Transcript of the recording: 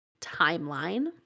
timeline